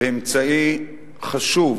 ואמצעי חשוב,